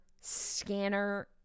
scanner